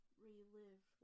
relive